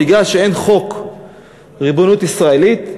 בגלל שאין חוק ריבונות ישראלית,